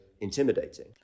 intimidating